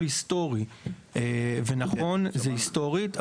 היסטורי ונכון זה קשור להיסטוריה,